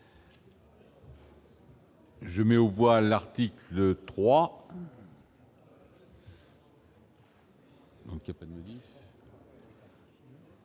Je mets au bois, l'article 3.